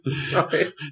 Sorry